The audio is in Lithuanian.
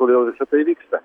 kodėl visa tai vyksta